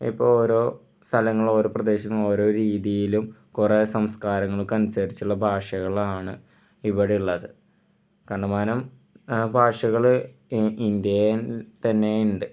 ഇപ്പോൾ ഓരോ സ്ഥലങ്ങൾ ഓരോ പ്രദേശങ്ങൾ ഓരോ രീതിയിലും കുറേ സംസ്കാരങ്ങൾക്ക് അനുസരിച്ചുള്ള ഭാഷകളാണ് ഇവിടെയുള്ളത് കണ്ടമാനം ഭാഷകൾ ഇ ഇന്ത്യയിൽ തന്നെ ഉണ്ട്